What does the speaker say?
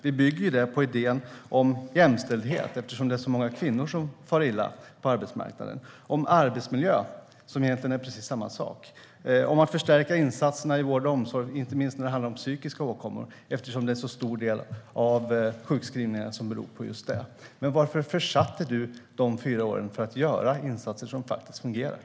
Vi bygger det på idéer om jämställdhet, eftersom det är så många kvinnor som far illa på arbetsmarknaden, om arbetsmiljö, som egentligen är precis samma sak, och om att förstärka insatserna i vård och omsorg inte minst när det gäller psykiska åkommor, eftersom det är en så stor del av sjukskrivningarna som beror på just detta. Men varför försatte du chansen att under de fyra åren göra insatser som faktiskt fungerar?